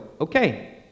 okay